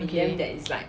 okay